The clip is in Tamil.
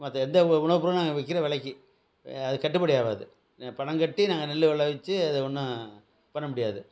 மற்ற எந்த உணவு பொருளும் நாங்கள் விற்கிற விலைக்கு அது கட்டுப்படி ஆகாது பணம் கட்டி நாங்கள் நெல் விளவிச்சு அது ஒன்றும் பண்ண முடியாது